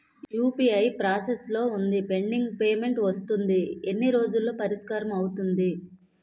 UPI process లో వుంది pending payment వస్తుంది ఎన్ని రోజుల్లో పరిష్కారం అవుతుంది